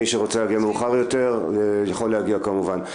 מי שרוצה להגיע מאוחר יותר יכול להגיע, כמובן.